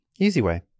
EasyWay